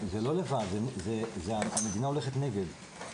זה לא לבד, המדינה הולכת נגד.